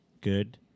good